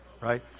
right